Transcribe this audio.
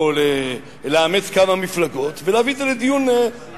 או לאמץ כמה מפלגות ולהביא את זה לדיון ציבורי,